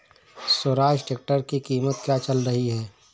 Swaraj tractor की कीमत क्या चल रही है?